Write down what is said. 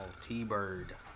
T-Bird